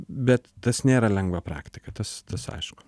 bet tas nėra lengva praktika tas tas aišku